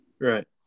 Right